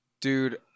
Dude